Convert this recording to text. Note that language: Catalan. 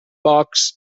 pocs